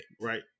right